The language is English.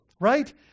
Right